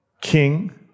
King